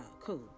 cool